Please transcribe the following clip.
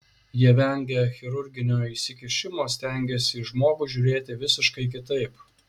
jie vengia chirurginio įsikišimo stengiasi į žmogų žiūrėti visiškai kitaip